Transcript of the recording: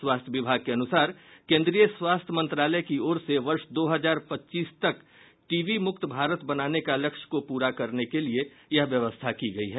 स्वास्थ्य विभाग के अनुसार केन्द्रीय स्वास्थ्य मंत्रालय की ओर से वर्ष दो हजार पच्चीस तक टीबी मुक्त भारत बनाने के लक्ष्य को पूरा करने के लिए यह व्यवस्था की गयी है